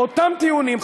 אותם טיעונים,